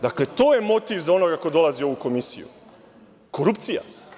Dakle, to je motiv za onoga ko dolazi u ovu komisiju - korupcija.